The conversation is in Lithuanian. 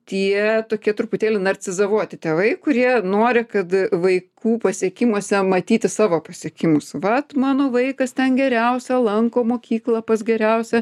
tie tokie truputėlį narcizavoti tėvai kurie nori kad vaikų pasiekimuose matyti savo pasiekimus vat mano vaikas ten geriausią lanko mokyklą pas geriausią